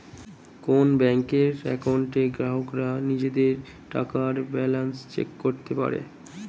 কোন ব্যাংকের অ্যাকাউন্টে গ্রাহকরা নিজেদের টাকার ব্যালান্স চেক করতে পারে